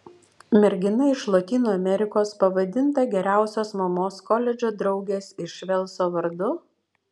mergina iš lotynų amerikos pavadinta geriausios mamos koledžo draugės iš velso vardu